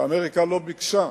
שאמריקה לא ביקשה,